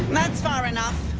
that's far enough!